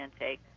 intake